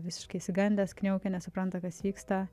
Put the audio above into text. visiškai išsigandęs kniaukia nesupranta kas vyksta